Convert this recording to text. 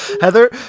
Heather